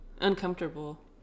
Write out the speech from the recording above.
Uncomfortable